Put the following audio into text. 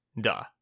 duh